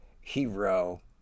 hero